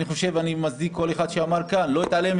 אני מצדיק כל אחד שאמר כאן שלא התעלם